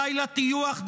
די לטיוח.